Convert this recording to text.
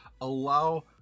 allow